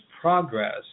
progress